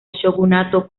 shogunato